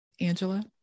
Angela